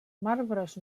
marbres